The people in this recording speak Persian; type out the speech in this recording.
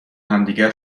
همدیگر